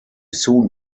soon